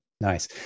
Nice